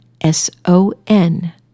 S-O-N